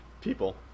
people